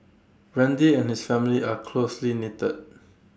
randy and his family are closely knitted